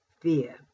fear